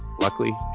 Luckily